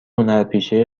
هنرپیشه